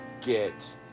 get